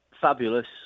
fabulous